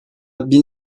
bin